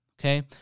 Okay